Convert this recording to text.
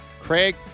Craig